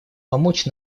помочь